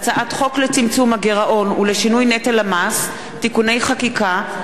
הצעת חוק לצמצום הגירעון ולשינוי נטל המס (תיקוני חקיקה),